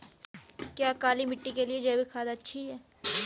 क्या काली मिट्टी के लिए जैविक खाद अच्छी है?